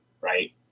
right